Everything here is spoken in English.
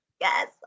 Yes